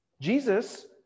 Jesus